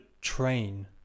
train